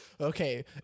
Okay